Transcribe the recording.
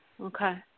Okay